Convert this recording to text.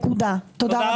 תודה.